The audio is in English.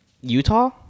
Utah